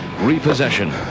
repossession